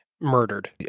Murdered